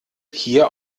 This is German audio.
hier